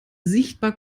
sichtbar